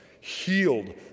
healed